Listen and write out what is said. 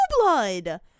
blood